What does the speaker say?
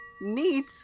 Neat